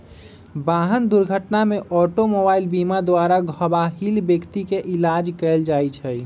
वाहन दुर्घटना में ऑटोमोबाइल बीमा द्वारा घबाहिल व्यक्ति के इलाज कएल जाइ छइ